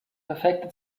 perfekte